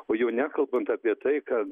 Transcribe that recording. o jau nekalbant apie tai kad